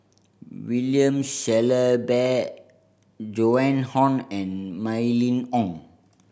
William Shellabear Joan Hon and Mylene Ong